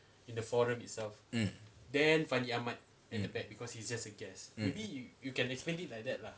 mm mm mm